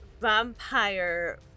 vampire